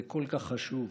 זה כל כך חשוב,